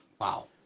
Wow